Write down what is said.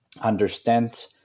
understand